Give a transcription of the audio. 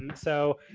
and so,